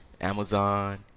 Amazon